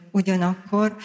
ugyanakkor